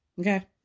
okay